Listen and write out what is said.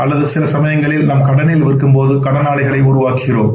அல்லது சில சமயங்களில் நாம்கடனில் விற்கும்போதுகடனாளிகளைஉருவாக்குகிறோம்